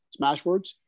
Smashwords